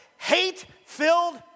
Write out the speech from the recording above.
Hate-filled